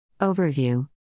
Overview